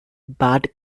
bard